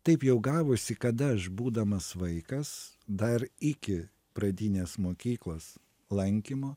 taip jau gavosi kad aš būdamas vaikas dar iki pradinės mokyklos lankymo